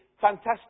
fantastic